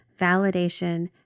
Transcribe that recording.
validation